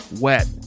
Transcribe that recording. wet